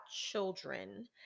children